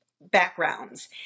backgrounds